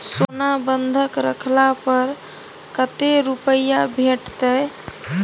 सोना बंधक रखला पर कत्ते रुपिया भेटतै?